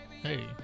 Hey